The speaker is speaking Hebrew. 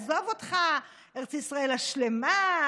עזוב אותך ארץ ישראל השלמה,